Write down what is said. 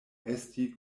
esti